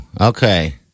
okay